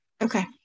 Okay